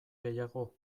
gehiago